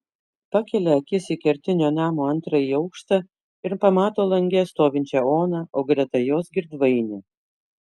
pakelia akis į kertinio namo antrąjį aukštą ir pamato lange stovinčią oną o greta jos girdvainį